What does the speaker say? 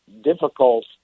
difficult